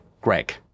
greg